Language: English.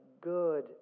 good